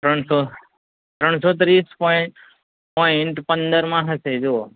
ત્રણસો ત્રણસો ત્રીસ પોઈન્ટ પોઇન્ટ પંદરમાં હશે જુઓ